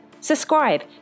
Subscribe